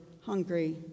hungry